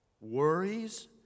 Worries